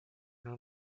nur